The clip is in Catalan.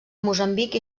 moçambic